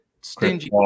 stingy